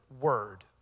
word